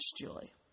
julie